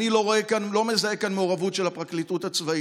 אני לא מזהה כאן מעורבות של הפרקליטות הצבאית,